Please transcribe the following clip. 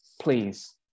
please